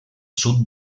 sud